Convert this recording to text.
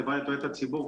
חברה לתועלת הציבור,